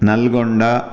Nalgonda